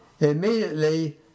immediately